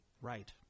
Right